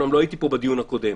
אומנם לא הייתי פה בדיון הקודם.